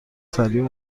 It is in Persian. سریع